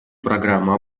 программу